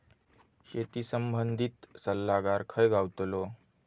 शेती संबंधित सल्लागार खय गावतलो?